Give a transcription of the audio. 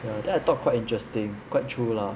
ya then I thought quite interesting quite true lah